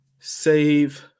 Save